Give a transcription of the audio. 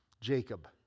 Jacob